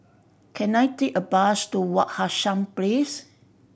can I take a bus to Wak Hassan Place